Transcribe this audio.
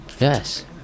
Yes